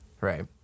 right